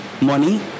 money